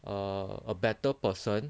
a a better person